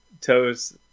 toes